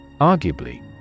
Arguably